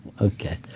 Okay